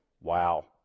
wow